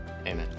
amen